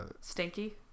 Stinky